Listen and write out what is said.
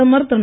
பிரதமர் திரு